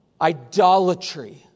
idolatry